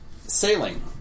sailing